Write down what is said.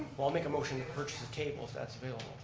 well, i'll make a motion to purchase a table if that's available.